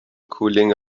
cooling